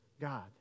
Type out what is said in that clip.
God